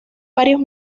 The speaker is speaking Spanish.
varios